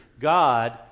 God